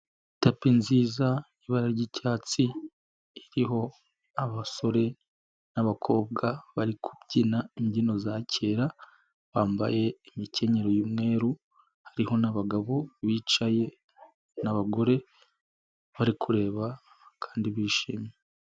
Tapi nziza y'ibara ry'icyatsi, iriho abasore n'abakobwa bari kubyina imbyino za kera, bambaye imikenyero y'umweru, hariho n'abagabo bicaye n'abagore, bari kureba kandi bishimye.